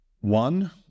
one